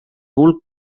hulk